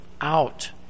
out